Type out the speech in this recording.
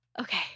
Okay